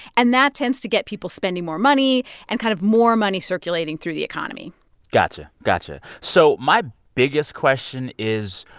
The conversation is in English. and that tends to get people spending more money and kind of more money circulating through the economy gotcha, gotcha. so my biggest question is,